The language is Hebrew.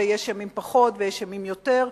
ויש ימים שפחות ויש ימים שיותר.